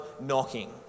knocking